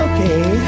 Okay